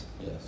Yes